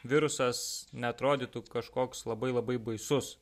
virusas neatrodytų kažkoks labai labai baisus